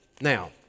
Now